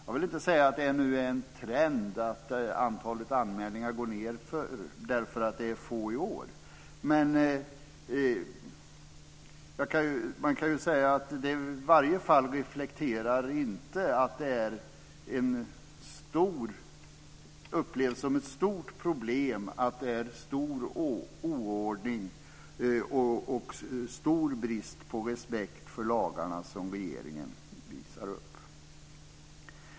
Jag vill inte säga att det är en trend att antalet anmälningar går ned därför att det är få i år. Men man kan säga att det i varje fall inte reflekterar att det upplevs som ett stort problem, en stor oordning och stor brist på respekt för lagarna som regeringen visar upp.